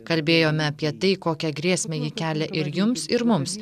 kalbėjome apie tai kokią grėsmę ji kelia ir jums ir mums